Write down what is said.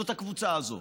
זאת הקבוצה הזאת.